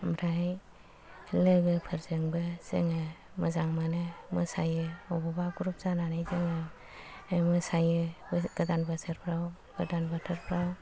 ओमफ्राय लोगोफोरजोंबो जोङो मोजां मोनो मोसायो बबावबा ग्रुब जानानै जोङो मोसायोबो गोदान बोसोरफ्राव गोदान बोथोरफ्राव